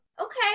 Okay